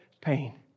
pain